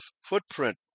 footprint